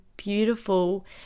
beautiful